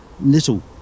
Little